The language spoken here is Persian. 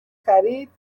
خرید